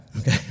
Okay